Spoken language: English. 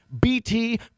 BT